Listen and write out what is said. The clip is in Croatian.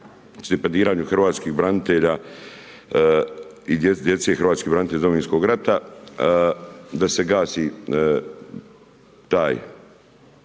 stipendiranju hrvatskih branitelja i djece hrvatskih branitelja iz Domovinskog rata, da se gasi taj